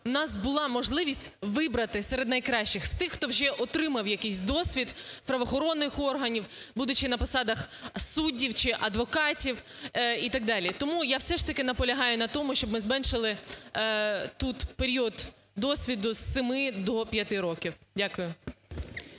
у нас була можливість вибрати серед найкращих, з тих, хто вже отримав якийсь досвід правоохоронних органів, будучи на посадах суддів чи адвокатів і так далі. Тому я все ж таки наполягаю на тому, щоб ми зменшили тут період досвіду з семи до п'яти років. Дякую.